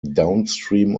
downstream